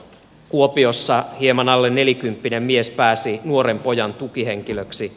kuopiossa hieman alle nelikymppinen mies pääsi nuoren pojan tukihenkilöksi